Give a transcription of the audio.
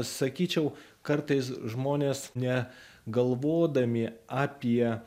sakyčiau kartais žmonės negalvodami apie